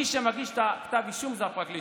מי שמגיש את הכתב אישום זה הפרקליטות.